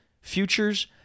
futures